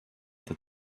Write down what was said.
that